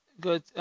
good